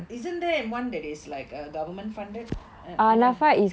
isn't there uh one that is like a government funded and and ya